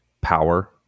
power